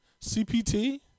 CPT